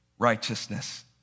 Righteousness